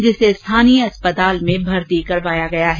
जिसे स्थानीय अस्पताल में मर्ती कराया गया है